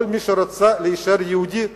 כל מי שרוצה להישאר יהודי,